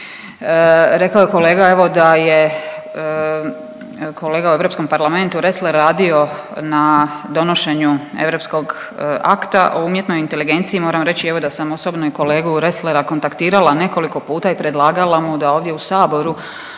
Rekao je kolega evo da je, kolega u Europskom parlamentu Resler radio na donošenju europskog akta o umjetnoj inteligenciji. Moram reći evo da sam i osobno kolegu Reslera kontaktirala nekoliko puta i predlagala mu da ovdje u Saboru